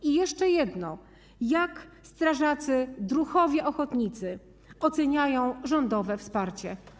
I jeszcze jedno: Jak strażacy, druhowie ochotnicy oceniają rządowe wsparcie?